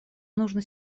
нужно